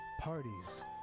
Parties